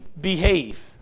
behave